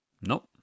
Nope